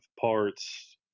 parts